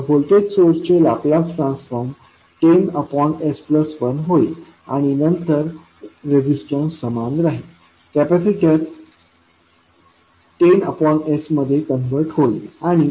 तर व्होल्टेज सोर्सचे लाप्लास ट्रान्सफॉर्म10s 1होईल आणि नंतर रेजिस्टन्स समान राहतील कॅपेसिटर 10 s मध्ये कन्व्हर्ट होतील आणि 0